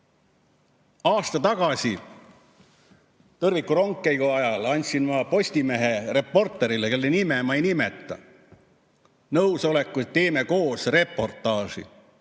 Aasta tagasi, tõrvikurongkäigu ajal andsin ma Postimehe reporterile, kelle nime ma ei nimeta, nõusoleku, et teeme koos reportaaži